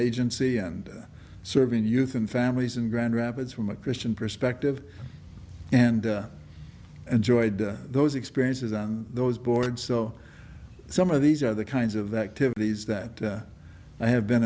agency and serving youth and families in grand rapids from a christian perspective and enjoyed those experiences on those boards so some of these are the kinds of that to these that i have been